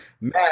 Man